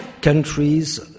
countries